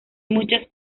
muchas